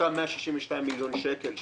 באותם 162 מיליון שקל,